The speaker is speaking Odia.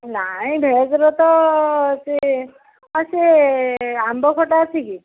ନାଇଁ ଭେଜ୍ର ତ ଏତେ ହଁ ସିଏ ଆମ୍ବ ଖଟା ଅଛି କି